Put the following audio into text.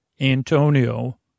Antonio